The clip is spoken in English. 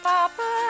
Papa